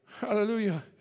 Hallelujah